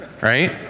right